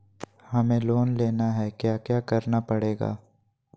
हमें लोन लेना है क्या क्या करना पड़ेगा?